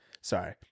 Sorry